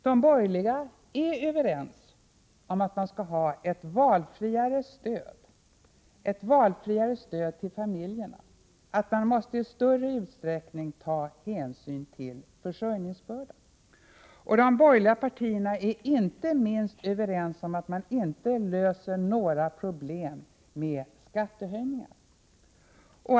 De borgerliga är överens om att man skall ha större valfrihet när det gäller stödet till barnfamiljerna, att man i större utsträckning måste ta hänsyn till försörjningsbördan. De borgerliga partierna är också överens om att man inte löser några problem med skattehöjningar.